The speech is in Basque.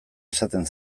esaten